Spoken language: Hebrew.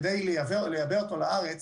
כדי לייבא אותו לארץ,